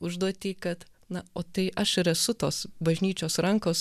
užduotį kad na o tai aš ir esu tos bažnyčios rankos